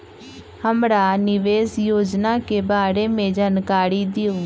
हमरा निवेस योजना के बारे में जानकारी दीउ?